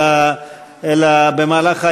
אלא בימים האחרונים,